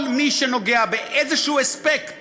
כל מי שנוגע באיזה אספקט